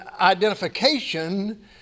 identification